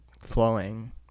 flowing